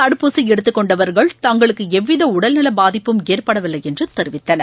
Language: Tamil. தடுப்பூசிஎடுத்துக்கொண்டவர்கள் தங்களுக்குஎவ்விதஉடல்நலபாதிப்பும் ஏற்படவில்லைஎன்றுதெரிவித்தனர்